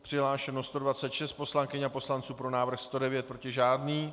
Přihlášeno 126 poslankyň a poslanců, pro návrh 109, proti žádný.